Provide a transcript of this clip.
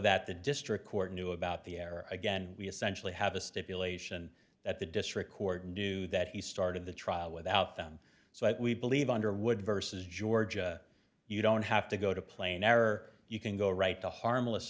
that the district court knew about the error again we essentially have a stipulation that the district court knew that he started the trial without them so we believe underwood versus georgia you don't have to go to play now or you can go right to harmless